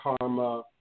karma